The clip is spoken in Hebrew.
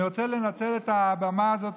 אני רוצה לנצל את הבמה הזאת,